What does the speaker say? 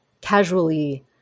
casually